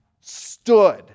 stood